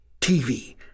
TV